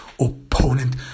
opponent